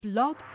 Blog